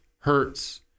hurts